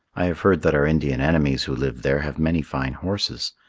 i have heard that our indian enemies who live there have many fine horses.